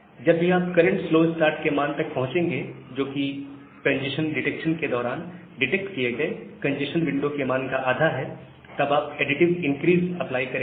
जब भी आप करंट स्लो स्टार्ट के मान तक पहुंचेंगे जो कि कंजेस्शन डिटेक्शन के दौरान डिटेक्ट किए गए कंजेस्शन विंडो के मान का आधा है तब आप एडिटिव इनक्रीस अप्लाई करेंगे